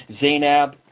Zainab